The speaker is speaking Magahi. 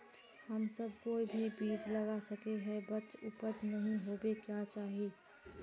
हम सब कोई भी बीज लगा सके ही है बट उपज सही होबे क्याँ चाहिए?